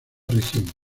región